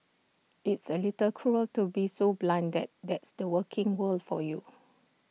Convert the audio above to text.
it's A little cruel to be so blunt that that's the working world for you